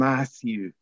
Matthew